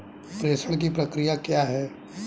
प्रेषण की प्रक्रिया क्या है?